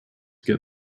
get